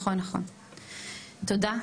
תודה,